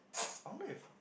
only if